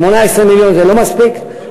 18 מיליון זה לא מספיק,